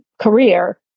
Career